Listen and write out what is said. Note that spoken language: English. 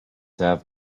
have